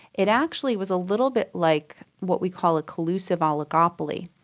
it actually was a little bit like what we call a collusive oligopoly.